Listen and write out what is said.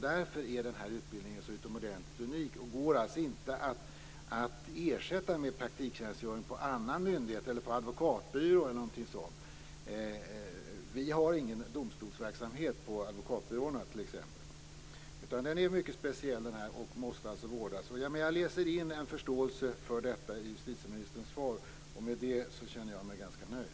Därför är den här utbildningen utomordentlig och unik och går alltså inte att ersätta med praktiktjänstgöring hos annan myndighet, på en advokatbyrå eller någon annanstans. Vi har t.ex. ingen domstolsverksamhet på advokatbyråerna. Det här är alltså mycket speciellt och måste vårdas. Jag läser in en förståelse för detta i justitieministerns svar. Med det känner jag mig ganska nöjd.